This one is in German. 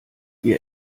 wir